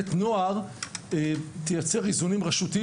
מחלקת נוער תייצר איזונים רשותיים,